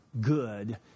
good